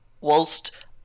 whilst